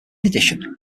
addition